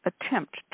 attempt